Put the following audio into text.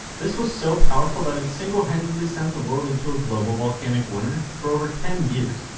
this was so powerful that it single-handedly sent the world into a global volcanic winter for over ten years.